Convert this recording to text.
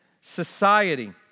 society